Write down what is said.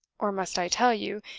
or must i tell you,